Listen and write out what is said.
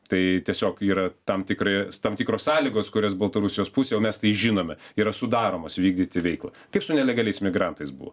tai tiesiog yra tam tikri tam tikros sąlygos kurias baltarusijos pusėj jau mes tai žinome yra sudaromos vykdyti veiklą tik su nelegaliais migrantais buvo